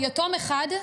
יתום אחד,